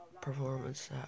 performance